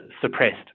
suppressed